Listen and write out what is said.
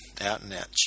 out-and-out